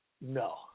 No